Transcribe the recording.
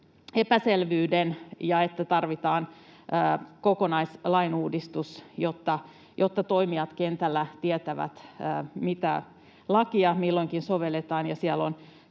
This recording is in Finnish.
epäselvyyden ja sen, että tarvitaan kokonaislainuudistus, jotta toimijat kentällä tietävät, mitä lakia milloinkin sovelletaan